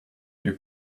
you